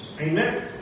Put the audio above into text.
Amen